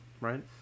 right